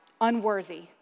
unworthy